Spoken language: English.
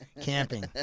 camping